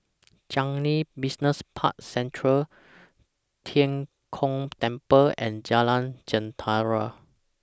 Changi Business Park Central Tian Kong Temple and Jalan Jentera